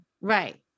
Right